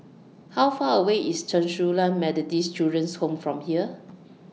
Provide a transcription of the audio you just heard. How Far away IS Chen Su Lan Methodist Children's Home from here